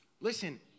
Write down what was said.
Listen